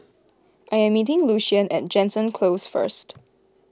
I am meeting Lucian at Jansen Close first